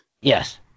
Yes